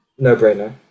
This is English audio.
No-brainer